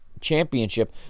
championship